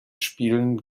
spielen